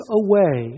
away